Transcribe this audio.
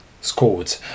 scored